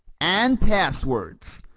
and passwords,